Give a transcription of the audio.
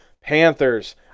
Panthers